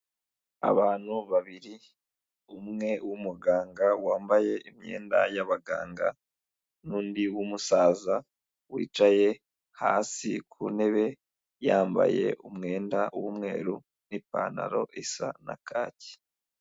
Abantu babiri, umwe w'umuganga wambaye imyenda y'abaganga, n'undi w'umusaza wicaye hasi ku ntebe, yambaye umwenda w'umweru n'ipantaro isa na kacyi.